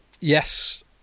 Yes